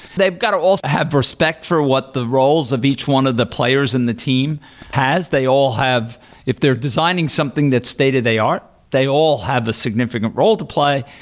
they've got to also have respect for what the roles of each one of the players in the team has. they all have if they're designing something that stated they are, they all have a significant role to play,